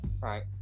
Right